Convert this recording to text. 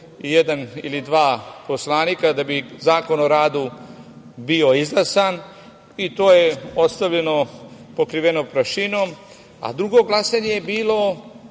jedan ili dva poslanika, da bi Zakon o radu bio izglasan i to je ostavljeno, pokriveno prašinom, a drugo glasanje je bilo